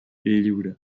lliure